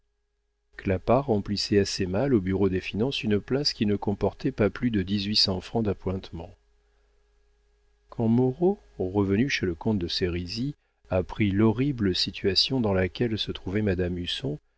clapart remplissait assez mal au bureau des finances une place qui ne comportait pas plus de dix-huit cents francs d'appointements quand moreau revenu chez le comte de sérisy apprit l'horrible situation dans laquelle se trouvait madame